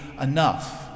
enough